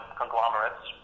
conglomerates